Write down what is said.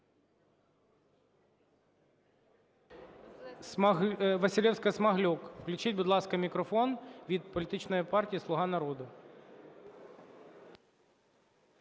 Василевська-Смаглюк, включіть, будь ласка, мікрофон Від політичної партії "Слуга народу".